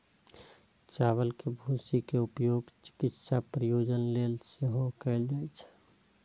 चावल के भूसी के उपयोग चिकित्सा प्रयोजन लेल सेहो कैल जाइ छै